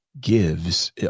gives